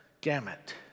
gamut